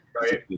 right